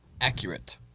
accurate